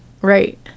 Right